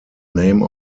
name